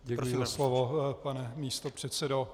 Děkuji za slovo, pane místopředsedo.